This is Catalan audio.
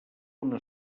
una